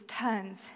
turns